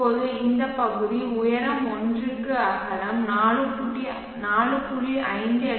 இப்போது இந்த பகுதி உயரம் 1 க்கு அகலம் 4